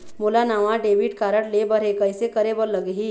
मोला नावा debit card लेबर हे, कइसे करे बर लगही?